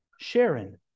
Sharon